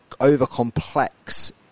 over-complex